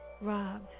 robbed